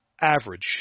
Average